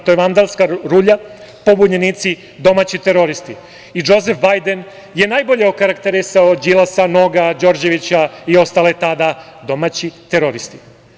To je vandalska rulja, pobunjenici, domaći teroristi i Džozef Bajden je najbolje okarakterisao Đilasa, Noga, Đorđevića i ostale tada – domaći teroristi.